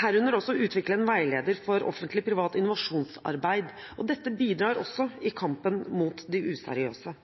herunder også å utvikle en veileder for offentlig-privat innovasjonsarbeid. Dette bidrar også i kampen mot de useriøse.